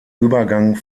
übergang